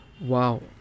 Wow